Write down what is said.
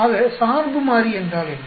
ஆக சார்பு மாறி என்றால் என்ன